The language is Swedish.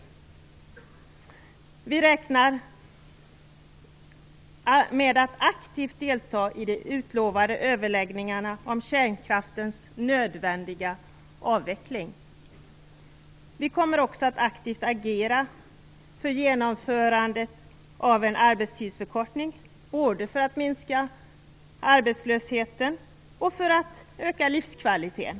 Miljöpartiet de gröna räknar med att aktivt delta i de utlovade överläggningarna om kärnkraftens nödvändiga avveckling. Vi kommer också att aktivt agera för genomförandet av en arbetstidsförkortning både för att minska arbetslösheten och för att öka livskvaliteten.